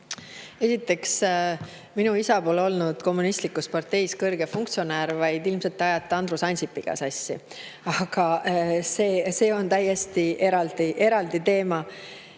Esiteks, minu isa pole olnud kommunistlikus parteis kõrge funktsionäär, ilmselt te ajate ta Andrus Ansipiga sassi. Aga see on täiesti eraldi teema. Mis